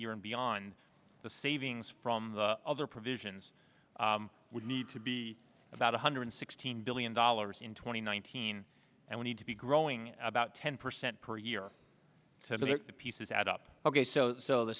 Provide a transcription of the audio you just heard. year and beyond the savings from the other provisions would need to be about one hundred sixteen billion dollars in twenty nineteen and we need to be growing about ten percent per year so the pieces add up ok so so the